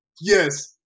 Yes